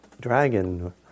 Dragon